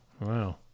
Wow